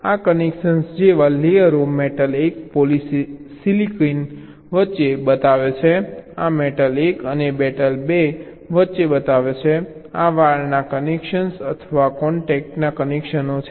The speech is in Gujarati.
આ કનેક્શન જેવા લેયરો મેટલ 1 પોલિસિલિકન વચ્ચે બતાવે છે આ મેટલ 1 અને મેટલ 2 વચ્ચે બતાવે છે આ વાયરના કનેક્શન અથવા કોન્ટેક કનેક્શનો છે